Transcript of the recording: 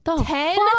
Ten